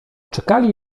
czekali